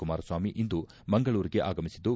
ಕುಮಾರಸ್ವಾಮಿ ಇಂದು ಮಂಗಳೂರಿಗೆ ಆಗಮಿಸಿದ್ದು